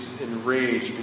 enraged